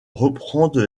reprendre